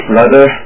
Brother